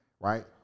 Right